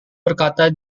berkata